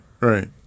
right